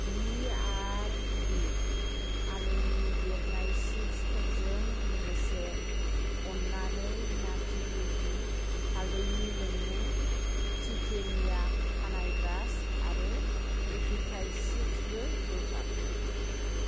बि आर बि आलुनि बेरनाय चिप्सफोरजों लोगोसे अन्नानै नात्ति य'गि हाल्दैनि लोंमु टिटेनिया खानाइ ब्रास आरो एपिटास चिप्सबो बोखार